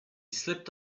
slipped